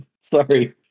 Sorry